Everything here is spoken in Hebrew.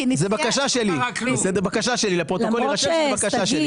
זה בקשה שלי, לפרוטוקול יירשם שזו בקשה שלי.